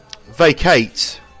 vacate